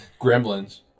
Gremlins